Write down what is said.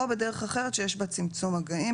או בדרך אחרת שיש בה צמצום מגעים,